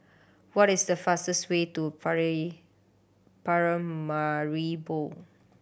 what is the fastest way to Paramaribo